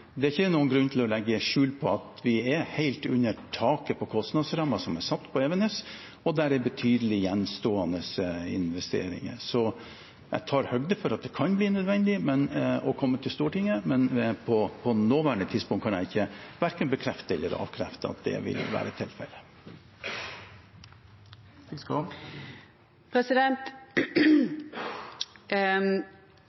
er helt oppunder taket på kostnadsrammen som er satt for Evenes, og det er betydelige gjenstående investeringer. Så jeg tar høyde for at det kan bli nødvendig å komme til Stortinget, men på det nåværende tidspunkt kan jeg verken bekrefte eller avkrefte at det vil være tilfelle.